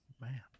Man